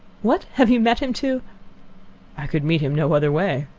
what? have you met him to i could meet him no other way.